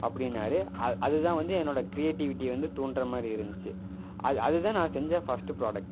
அப்படின்னாரு அ அது தான் வந்து என்னோட கிரியேட்டிவிட்டியை வந்து தூண்டுகிற மாதிரி இருந்துச்சு அது அது தான் நான் செஞ்ச ஃபஸ்ட்டு ஃப்ராடக்ட்